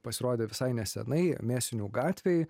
pasirodė visai nesenai mėsinių gatvei